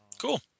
cool